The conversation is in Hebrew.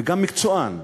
וגם מקצוען.